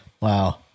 Wow